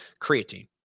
creatine